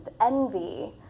envy